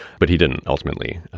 but he didn't ultimately.